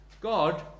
God